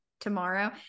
tomorrow